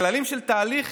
הכללים של תהליך